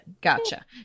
gotcha